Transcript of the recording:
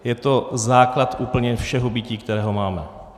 Je to základ úplně všeho bytí, které máme.